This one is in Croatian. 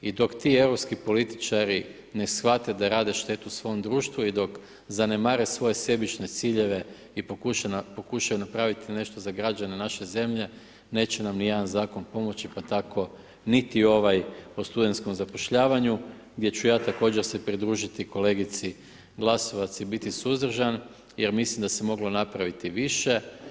I dok ti europski političari ne shvate da rade štetu svom društvu i dok zanemare svoje sebične ciljeve i pokušaju napraviti nešto za građane naše zemlje neće nam ni jedan zakon pomoći, pa tako niti ovaj o studentskom zapošljavanju gdje ću ja također se pridružiti kolegici Glasovac i biti suzdržan jer mislim da se moglo napraviti više.